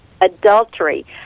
adultery